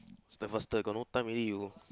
faster faster got no time already you